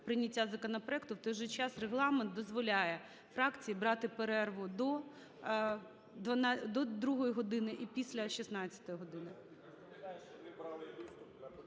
прийняття законопроекту, в той же час Регламент дозволяє фракції брати перерву до 2 години і після 16 години.